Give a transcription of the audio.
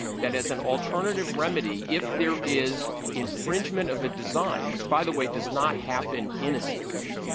that as an alternative remedy, if there is infringement of a design which, by the way, does not happen innocently.